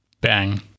bang